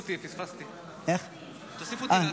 נתקבלה.